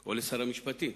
או לשר המשפטים,